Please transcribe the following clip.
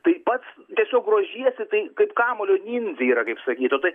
tai pats tiesiog grožiesi tai kaip kamuolio nindzė kaip sakytų tai